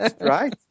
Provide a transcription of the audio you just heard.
right